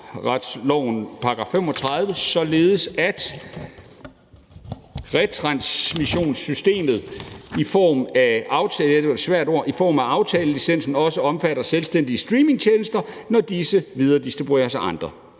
ophavsretslovens § 35, således at retransmissionssystemet i form af aftalelicensen også omfatter selvstændige streamingtjenester, når disse videredistribueres af andre.